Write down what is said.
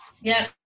yes